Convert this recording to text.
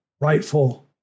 rightful